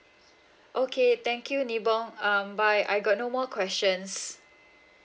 okay thank you ni bong um bye I got no more questions